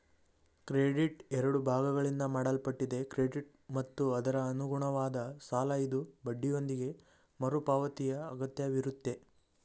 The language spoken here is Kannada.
ಕ್ರೆಡಿಟ್ ಎರಡು ಭಾಗಗಳಿಂದ ಮಾಡಲ್ಪಟ್ಟಿದೆ ಕ್ರೆಡಿಟ್ ಮತ್ತು ಅದರಅನುಗುಣವಾದ ಸಾಲಇದು ಬಡ್ಡಿಯೊಂದಿಗೆ ಮರುಪಾವತಿಯಅಗತ್ಯವಿರುತ್ತೆ